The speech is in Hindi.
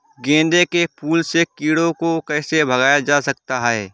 गेंदे के फूल से कीड़ों को कैसे भगाया जा सकता है?